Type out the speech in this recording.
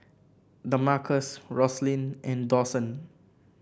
Damarcus Roslyn and Dawson